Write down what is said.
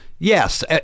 Yes